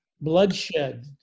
Bloodshed